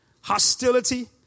hostility